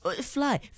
Fly